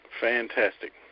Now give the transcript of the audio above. Fantastic